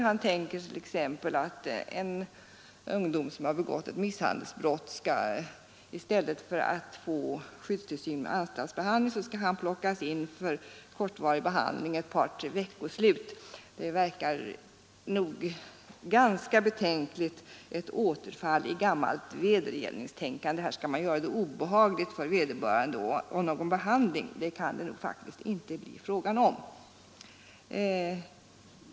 Han tänker sig t.ex. att en ung person, som har begått ett misshandelsbrott, i stället för att få skyddstillsyn och anstaltsbehandling skall tas in för kortvarig behandling under ett par tre veckoslut. Det verkar nog vara ganska betänkligt — ett återfall i gammalt vedergällningstänkande. Man skall göra det obehagligt för vederbörande och ta in honom för behandling. Det kan det faktiskt inte bli fråga om.